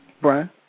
Brian